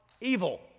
evil